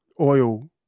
Oil